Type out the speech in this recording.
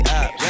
up